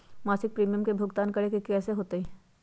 मासिक प्रीमियम के भुगतान करे के हई कैसे होतई?